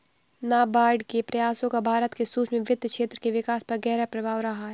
नाबार्ड के प्रयासों का भारत के सूक्ष्म वित्त क्षेत्र के विकास पर गहरा प्रभाव रहा है